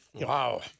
wow